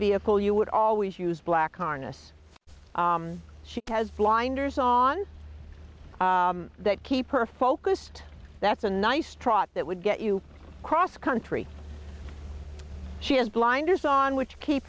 vehicle you would always use black harness she has blinders on that keep her focused that's a nice trot that would get you cross country she has blinders on which keep